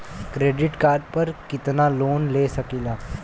Credit card पर कितनालोन ले सकीला?